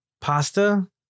pasta